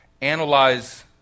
analyze